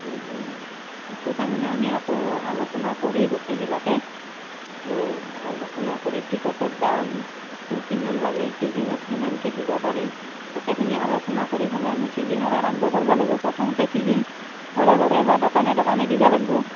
সেইটো তাৰমানে আমি আকৌ আলোচনা কৰি গোটেইবিলাকে আলোচনা কৰি টিকটৰ দামটো কিমান লাগে ছিজনত কিমানকৈ দিব পাৰি গোটেইখিনি আলোচনা কৰি পেলাই আমি ছিজনৰ আৰম্ভ কৰিব লাগিব প্ৰথমতে ছিজন ঘৰে ঘৰে বা দোকানে দোকানে দিব লাগিব